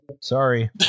Sorry